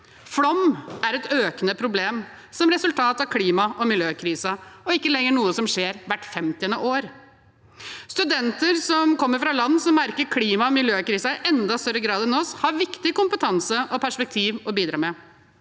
Flom er et økende problem som resultat av klima- og miljøkrisen og ikke lenger noe som skjer hvert 50. år. Studenter som kommer fra land som merker klima- og miljøkrisen i enda større grad enn oss, har viktig kompetanse og perspektiv å bidra med.